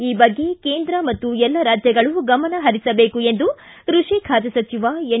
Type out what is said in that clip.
ಈ ಬಗ್ಗೆ ಕೇಂದ್ರ ಮತ್ತು ಎಲ್ಲ ರಾಜ್ಯಗಳು ಗಮನ ಹರಿಸಬೇಕು ಎಂದು ಕೃಷಿ ಖಾತೆ ಸಚಿವ ಎನ್